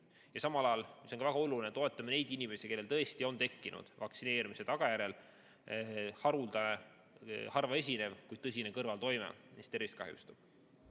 ja samal ajal, mis on ka väga oluline, toetame neid inimesi, kellel tõesti on tekkinud vaktsineerimise tagajärjel haruldane, harva esinev, kuid tõsine kõrvaltoime, mis tervist kahjustub.